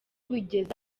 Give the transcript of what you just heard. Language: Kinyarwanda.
bigeze